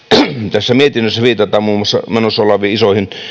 tässä mietinnössä viitataan muun muassa menossa oleviin isoihin